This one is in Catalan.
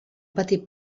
petit